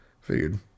figured